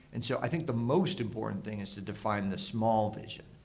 and so i think the most important thing is to define the small vision,